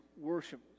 worship